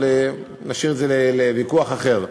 אבל נשאיר את זה לוויכוח אחר.